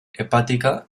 hepática